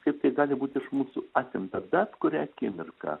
kaip tai gali būt iš mūsų atimta bet kurią akimirką